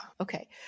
Okay